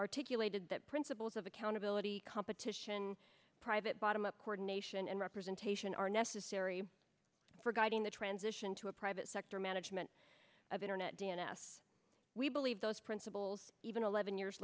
articulated that principles of accountability competition private bottom up coordination and representation are necessary for guiding the transition to a private sector management of internet d n a s we believe those principles even eleven years